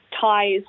ties